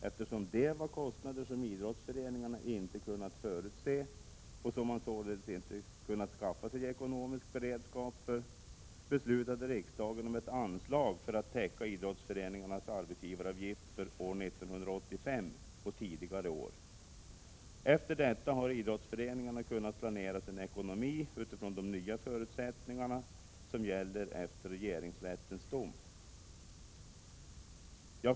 Eftersom det var kostnader som idrottsföreningarna inte kunnat förutse, och som man således inte kunnat skaffa sig ekonomisk beredskap för, beslutade riksdagen om ett anslag för att täcka idrottsföreningarnas arbetsgivaravgift för år 1985 och tidigare år. Efter detta har idrottsföreningarna kunnat planera sin ekonomi utifrån de nya förutsättningar som gäller efter regeringsrättens dom.